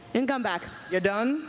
and come back. you done?